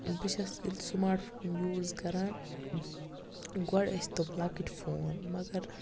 بہٕ چھَس ییٚلہِ سماٹ فون یوٗز کَران گۄڈٕ ٲسۍ تم لَکٕٹۍ فون مگر